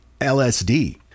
LSD